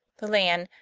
the land,